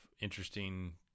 interesting